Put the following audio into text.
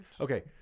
Okay